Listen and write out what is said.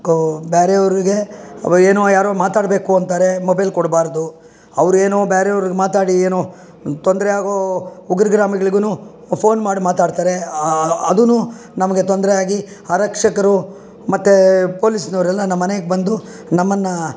ಕ್ ಬೇರೆವ್ರಿಗೆ ಏನೋ ಯಾರೋ ಮಾತಾಡಬೇಕು ಅಂತಾರೆ ಮೊಬೈಲ್ ಕೊಡಬಾರ್ದು ಅವರೇನೋ ಬ್ಯಾರೆವ್ರಿಗೆ ಮಾತಾಡಿ ಏನೋ ತೊಂದರೆ ಆಗೋ ಉಗ್ರಗಾಮಿಗಳ್ಗುನೂ ಫೋನ್ ಮಾಡಿ ಮಾತಾಡ್ತಾರೆ ಅದೂ ನಮಗೆ ತೊಂದರೆ ಆಗಿ ಆರಕ್ಷಕರು ಮತ್ತು ಪೊಲೀಸ್ನವರೆಲ್ಲ ನಮ್ಮ ಮನೆಗೆ ಬಂದು ನಮ್ಮನ್ನು